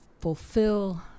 fulfill